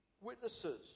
witnesses